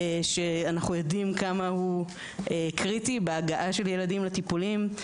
שאנחנו עדים לכמה הוא קריטי בהגעה של ילדים לטיפולים.